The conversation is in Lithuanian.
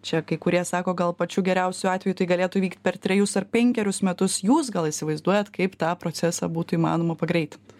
čia kai kurie sako gal pačiu geriausiu atveju tai galėtų vykt per trejus ar penkerius metus jūs gal įsivaizduojat kaip tą procesą būtų įmanoma pagreitint